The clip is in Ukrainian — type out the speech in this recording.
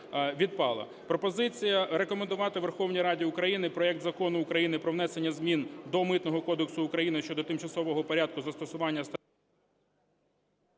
Пропозиція рекомендувати Верховній Раді України проект Закону України про внесення змін до Митного кодексу України щодо тимчасового порядку застосування…